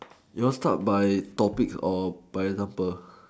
you all start by topics or by example